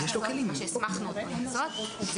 מה שהסמכנו אותו לעשות,